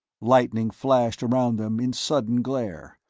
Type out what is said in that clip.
lightning flashed around them in sudden glare.